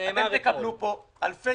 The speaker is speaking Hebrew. אתם תקבלו פה אלפי